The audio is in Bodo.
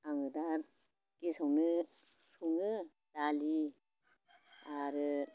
आङो दा गेसावनो सङो दालि आरो